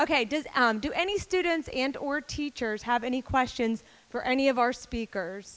it do any students and or teachers have any questions for any of our speakers